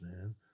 man